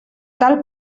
tal